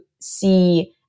see